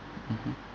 mmhmm